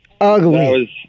Ugly